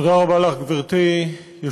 תודה רבה לך, גברתי היושבת-ראש.